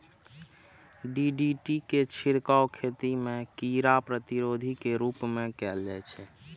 DDT के छिड़काव खेती मे कीड़ा प्रतिरोधी के रूप मे कैल जाइ छै